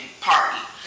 party